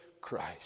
Christ